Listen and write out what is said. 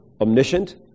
omniscient